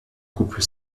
couple